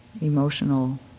emotional